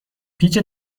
پیچ